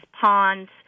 ponds